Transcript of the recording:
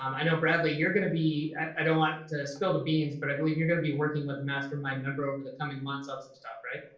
um i know bradley, you're going to be i don't want to spill the beans, but i believe you're going to be working with a mastermind member over the coming months and stuff, right?